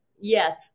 yes